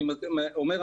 אני אומר,